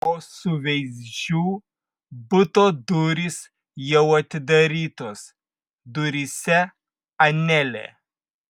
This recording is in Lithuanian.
o suveizdžių buto durys jau atidarytos duryse anelė